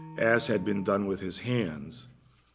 as had been done with his hands.